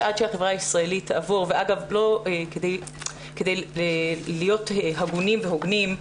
אגב, כדי להיות הגונים והוגנים,